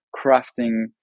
crafting